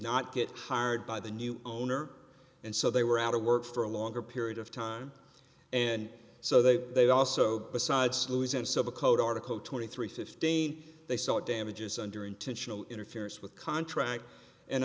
not get hired by the new owner and so they were out of work for a longer period of time and so they they also besides lose in civil code article twenty three fifteen they sought damages under intentional interference with contract and